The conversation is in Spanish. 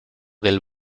del